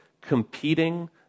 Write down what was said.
competing